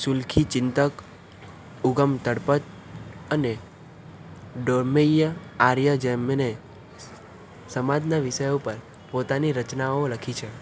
સુલખીચિંતક ઉગમ તળપદ અને ડોમૈયા આર્યા જેમણે સમાજના વિષયો પર પોતાની રચનાઓ લખી છે